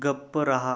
गप्प रहा